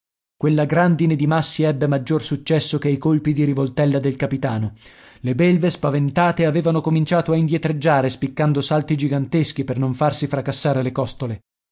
quella grandine di massi ebbe maggior successo che i colpi di rivoltella del capitano le belve spaventate avevano cominciato a indietreggiare spiccando salti giganteschi per non farsi fracassare le costole